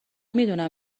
میدونم